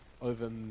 over